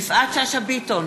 יפעת שאשא ביטון,